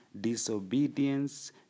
disobedience